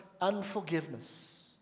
unforgiveness